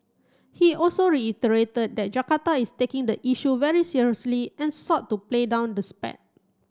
he also reiterated that Jakarta is taking the issue very seriously and sought to play down the spat